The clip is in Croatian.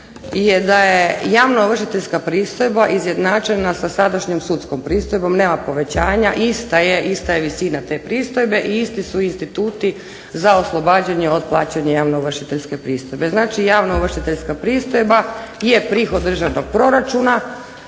je da je javnoovršiteljska pristojba izjednačena sa sadašnjom sudskom pristojbom. Nema povećanja. Ista je, ista je visina te pristojbe i isti su instituti za oslobađanje od plaćanja javno ovršiteljske pristojbe. Znači, javno ovršiteljska pristojba je prihod državnog proračuna